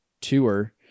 tour